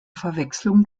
verwechslung